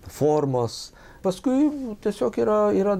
formos paskui tiesiog yra yra